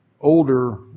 older